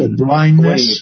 blindness